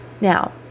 Now